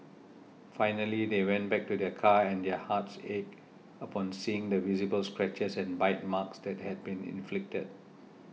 finally they went back to their car and their hearts ached upon seeing the visible scratches and bite marks that had been inflicted